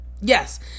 yes